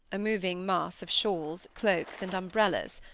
a moving mass of shawls, cloaks, and umbrellas.